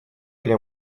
для